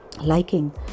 liking